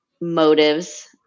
motives